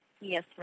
Yes